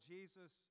Jesus